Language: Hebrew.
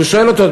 ושאל אותו,